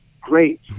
great